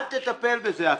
אל תטפל בזה אפילו.